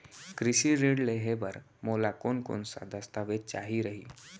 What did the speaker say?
कृषि ऋण लेहे बर मोला कोन कोन स दस्तावेज चाही रही?